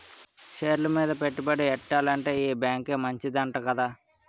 షేర్లు మీద పెట్టుబడి ఎట్టాలంటే ఈ బేంకే మంచిదంట కదా